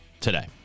today